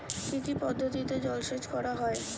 কি কি পদ্ধতিতে জলসেচ করা হয়?